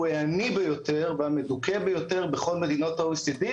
העני ביותר והמדוכא ביותר בכל מדינות ה-OECD ,